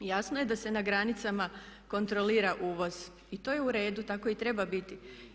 Jasno je da se na granicama kontrolira uvoz, i to je u redu, tako i treba biti.